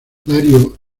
darío